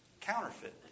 counterfeit